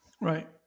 Right